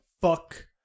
fuck